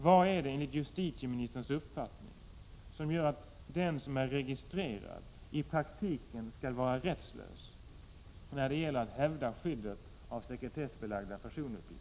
Vad är det enligt justitieministerns uppfattning som gör att den som är registrerad i praktiken skall vara rättslös när det gäller att hävda skyddet av sekretessbelagda personuppgifter?